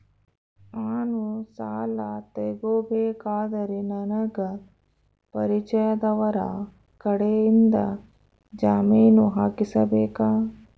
ನಾನು ಸಾಲ ತಗೋಬೇಕಾದರೆ ನನಗ ಪರಿಚಯದವರ ಕಡೆಯಿಂದ ಜಾಮೇನು ಹಾಕಿಸಬೇಕಾ?